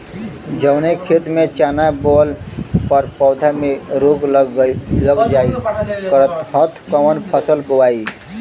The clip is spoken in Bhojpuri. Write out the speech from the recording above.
जवने खेत में चना बोअले पर पौधा में रोग लग जाईल करत ह त कवन फसल बोआई?